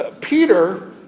Peter